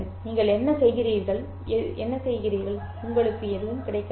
நீங்கள் என்ன செய்கிறீர்கள் உங்களுக்கு எதுவும் கிடைக்கவில்லை